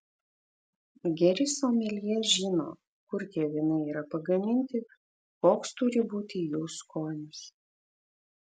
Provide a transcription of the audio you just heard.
geri someljė žino kur tie vynai yra pagaminti koks turi būti jų skonis